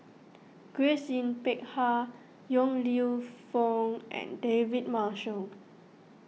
Grace Yin Peck Ha Yong Lew Foong and David Marshall